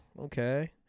Okay